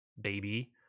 baby